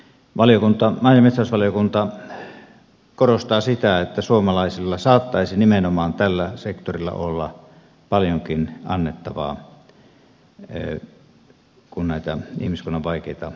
maa ja metsätalousvaliokunta korostaa sitä että suomalaisilla saattaisi nimenomaan tällä sektorilla olla paljonkin annettavaa kun näitä ihmiskunnan vaikeita ongelmia ratkotaan